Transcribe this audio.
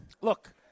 look